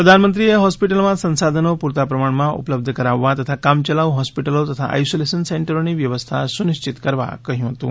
પ્રધાનમંત્રીએ હોસ્પિટલોમાં સંશાધનો પૂરતાં પ્રમાણમાં ઉપબ્ધ કરાવવા તથા કામચલાઉ હોસ્પિટલો તથા આઈસોલેશન સેન્ટરોની વ્યવસ્થા સુનિશ્ચિત કરવા કહ્યું હતું